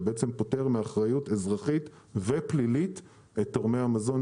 שפוטר מאחריות אזרחית ופלילית את תורמי המזון,